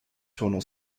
tonal